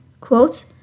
quotes